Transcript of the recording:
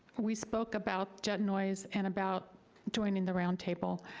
we spoke about jet noise and about joining the roundtable,